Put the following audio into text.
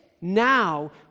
now